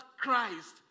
Christ